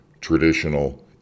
traditional